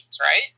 right